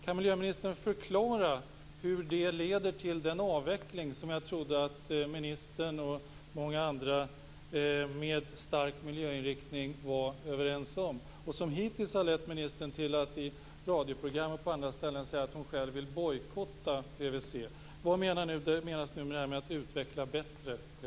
Kan miljöministern förklara hur det leder till den avveckling som jag trodde att ministern och många andra med stark miljöinriktning var överens om, och som hittills har lett ministern att i radioprogram och på andra ställen säga att hon själv vill bojkotta PVC? Vad menar miljöministern med att utveckla bättre PVC?